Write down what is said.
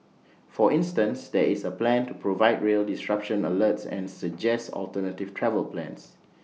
for instance there is A plan to provide rail disruption alerts and suggest alternative travel plans